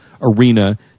arena